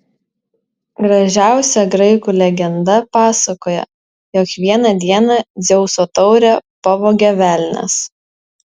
gražiausia graikų legenda pasakoja jog vieną dieną dzeuso taurę pavogė velnias